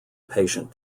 patient